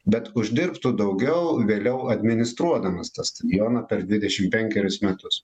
bet uždirbtų daugiau vėliau administruodamas tą stadioną per dvidešimt penkerius metus